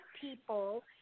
people